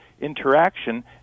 interaction